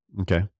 Okay